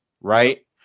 right